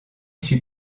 suis